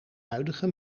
huidige